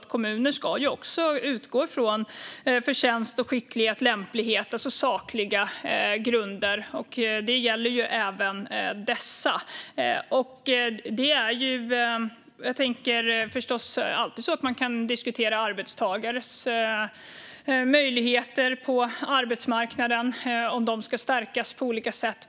Kommuner ska också utgå från förtjänst, skicklighet och lämplighet, alltså sakliga grunder. Det gäller även dessa. Jag tänker att man förstås alltid kan diskutera arbetstagares möjligheter på arbetsmarknaden och om de ska stärkas på olika sätt.